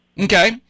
Okay